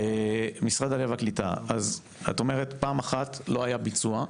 משרד העלייה והקליטה אז את אומרת פעם אחת לא היה ביצוע,